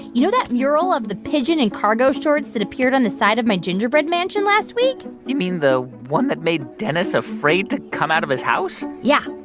you know that mural of the pigeon in cargo shorts that appeared on the side of my gingerbread mansion last week? you mean the one that made dennis afraid to come out of his house? yeah.